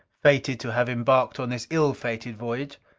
fated to have embarked on this ill-fated voyage.